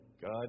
God